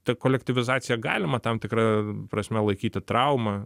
ta kolektyvizacija galima tam tikra prasme laikyti trauma